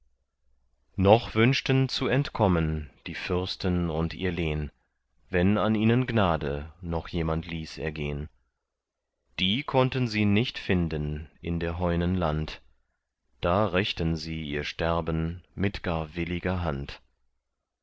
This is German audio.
noch wünschten zu entkommen die fürsten und ihr lehn wenn an ihnen gnade noch jemand ließ ergehn die konnten sie nicht finden in der heunen land da rächten sie ihr sterben mit gar williger hand